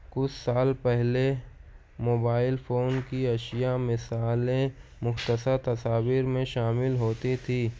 کچھ سال پہلے موبائل فون کی اشیا مثالیں مختصر تصاویر میں شامل ہوتی تھی